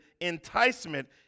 enticement